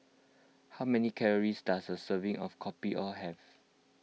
how many calories does a serving of Kopi O have